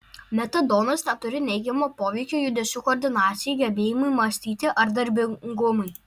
metadonas neturi neigiamo poveikio judesių koordinacijai gebėjimui mąstyti ar darbingumui